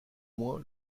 moins